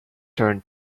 turned